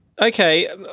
Okay